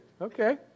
Okay